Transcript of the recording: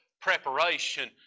preparation